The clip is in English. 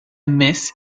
miss